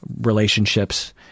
relationships